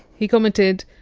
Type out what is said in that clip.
he commented!